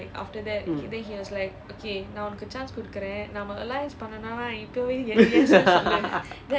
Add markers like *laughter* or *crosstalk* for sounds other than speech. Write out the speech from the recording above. mm *laughs*